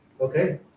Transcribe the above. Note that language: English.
Okay